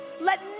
Let